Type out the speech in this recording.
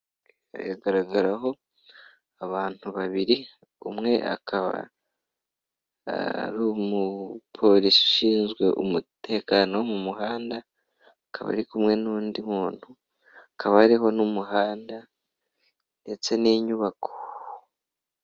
Iragaragaraho abantu babiri; umwe akaba ari umupolisi ushinzwe umutekano wo mu muhanda, akaba ari kumwe n'undi muntu, hakaba hariho n'umuhanda ndetse n'inyubako.